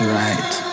right